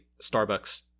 starbucks